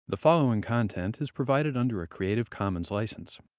the following content is provided under a creative commons license.